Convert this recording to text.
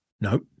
No